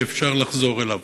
זה לא היה בית שאפשר לחזור אליו,